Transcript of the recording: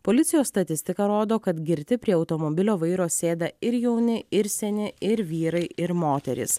policijos statistika rodo kad girti prie automobilio vairo sėda ir jauni ir seni ir vyrai ir moterys